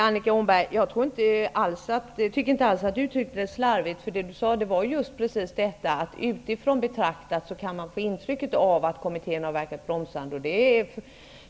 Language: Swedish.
Fru talman! Jag tycker inte alls att Annika Åhnberg har uttryckt sig slarvigt. Det hon sade var just precis detta att den som betraktar kommitténs arbete utifrån kan få ett intryck av att kommittén har verkat bromsande.